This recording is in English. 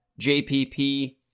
JPP